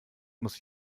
muss